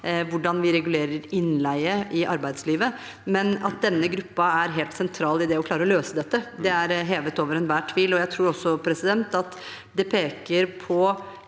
hvordan vi regulerer innleie i arbeidslivet. Men at denne gruppen er helt sentral i å klare å løse dette, er hevet over enhver tvil. Jeg tror også at det peker på